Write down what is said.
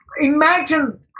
Imagine